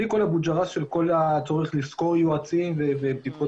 ובלי כל הווג'ראס של כל הצורך לשכור יועצים ובדיקות